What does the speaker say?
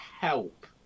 help